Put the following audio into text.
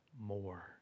more